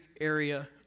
area